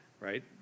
right